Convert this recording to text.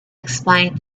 explained